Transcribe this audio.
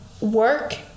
work